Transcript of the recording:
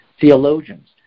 theologians